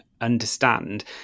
understand